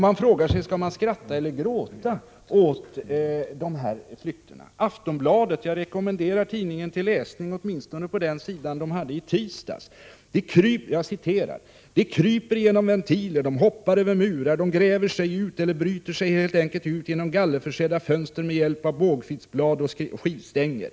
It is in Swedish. Man frågar sig om man skall skratta eller gråta åt dessa rymningar. Jag rekommenderar läsning av tidningen Aftonbladet, åtminstone en sida i tisdagsnumret: ”De kryper genom ventiler. De hoppar över murar. De gräver sig ut. Eller bryter sig helt enkelt ut genom gallerförsedda fönster med hjälp av bågfilsblad och skivstänger.